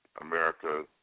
America